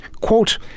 quote